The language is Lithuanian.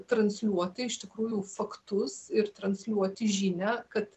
transliuoti iš tikrųjų faktus ir transliuoti žinią kad